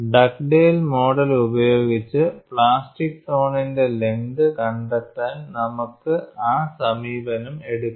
Dugdale model ഉപയോഗിച്ചു plastic സോണിന്റെ length കണ്ടെത്താൻ നമുക്ക് ആ സമീപനം എടുക്കാം